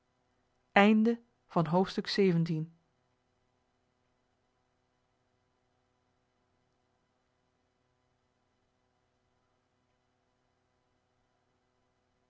einde van het